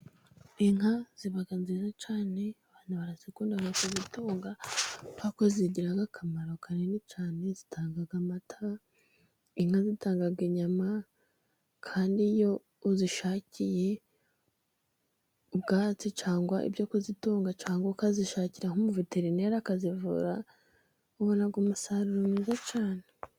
Inka ziba nziza cyane，abantu barazikunda kuzitunga, kubera ko zigira akamaro kanini cyane， zitanga amata. Inka zitanga inyama， kandi iyo uzishakiye ubwatsi cyangwa ibyo kuzitunga， cyangwa ukazishakira nk'umuveterineri akazivura，ubona umusaruro mwiza cyane.